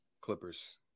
clippers